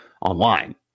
online